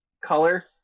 Color